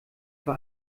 für